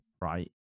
right